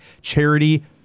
charity